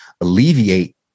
alleviate